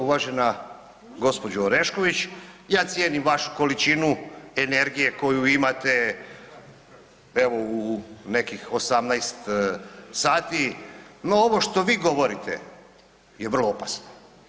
Uvažena gospođo Orešković, ja cijenim vašu količinu energije koju imate evo u nekih 18 sati no ovo što vi govorite je vrlo opasno.